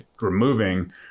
removing